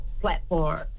platform